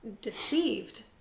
deceived